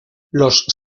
los